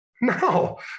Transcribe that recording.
No